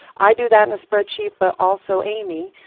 i do that in a spreadsheet, but also amy,